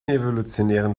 evolutionären